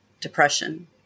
depression